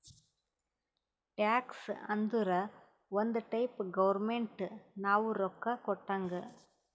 tax ಅಂದುರ್ ಒಂದ್ type government ನಾವು ರೊಕ್ಕಾ ಕೊಟ್ಟಂಗ್